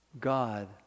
God